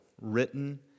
written